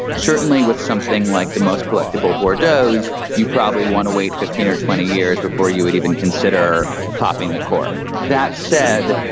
certainly with something like the most collectible bordellos, you probably want to wait fifteen or twenty years before you would even consider popping the cork. that said,